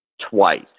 twice